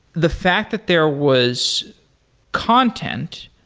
the fact that there was content,